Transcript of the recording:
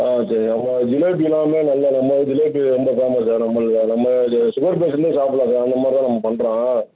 ஆ சரி நம்ம ஜிலேபிலாமே நல்லா நம்ம ஜிலேபி ரொம்ப ஃபேமஸ் சார் நம்மல்ல நம்ம இது சுகர் பேஷண்டும் சாப்பிடலாம் சார் அந்த மாதிரி தான் நம்ம பண்ணுறோம்